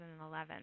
2011